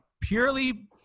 purely